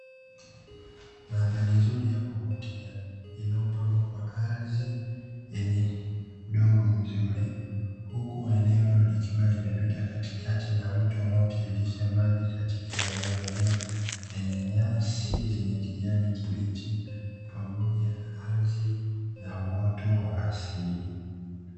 Mandhari nzuri ya kuvutia, inayopambwa kwa ardhi yenye udongo mzuri, huku eneo hilo likiwa limepita katikati na mto unaotiririsha maji katika eneo hilo lenye nyasi zenye kijani kibichi pamoja na ardhi na uoto wa asili.